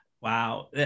Wow